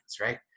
right